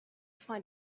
find